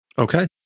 Okay